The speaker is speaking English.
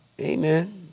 Amen